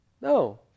no